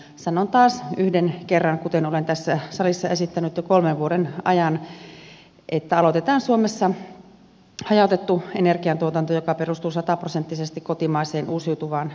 sanon taas yhden kerran kuten olen tässä salissa esittänyt jo kolmen vuoden ajan että aloitetaan suomessa hajautettu energiantuotanto joka perustuu sataprosenttisesti kotimaiseen uusiutuvaan energiaan